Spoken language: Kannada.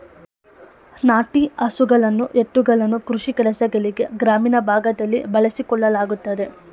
ನಾಟಿ ಹಸುಗಳನ್ನು ಎತ್ತುಗಳನ್ನು ಕೃಷಿ ಕೆಲಸಗಳಿಗೆ ಗ್ರಾಮೀಣ ಭಾಗದಲ್ಲಿ ಬಳಸಿಕೊಳ್ಳಲಾಗುತ್ತದೆ